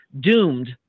doomed